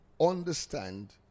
understand